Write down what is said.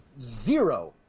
zero